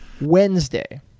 Wednesday